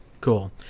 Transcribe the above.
Cool